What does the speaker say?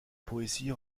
poésie